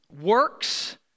works